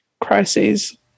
crises